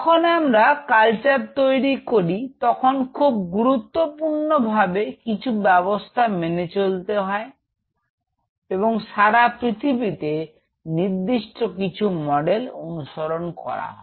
যখন আমরা কালচার তৈরি করি তখন খুবই গুরুত্বপূর্ণ ভাবে কিছু ব্যবস্থা মেনে চলতে হয় এবং সারা পৃথিবীতে নির্দিষ্ট কিছু মডেল অনুসরণ করা হয়